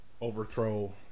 overthrow